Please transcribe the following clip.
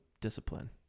discipline